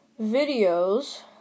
videos